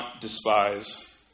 despise